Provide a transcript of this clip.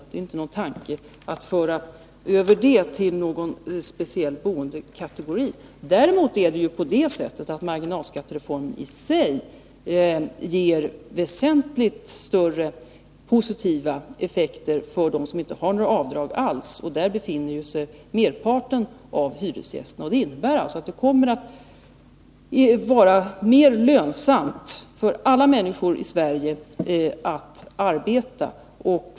Det är inte någon tanke på att överföra detta till någon speciell boendekategori. Däremot ger marginalskattereformen i sig väsentligt större positiva effekter för dem som inte har några avdrag alls, och till dessa hör merparten av hyresgästerna. Det innebär alltså att det kommer att vara mer lönsamt för alla människor i Sverige att arbeta.